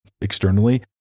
externally